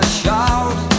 shout